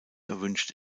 erwünscht